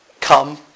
come